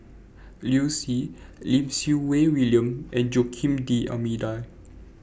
Liu Si Lim Siew Wai William and Joaquim D'almeida